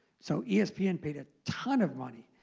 so espn paid a ton of money